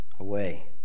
Away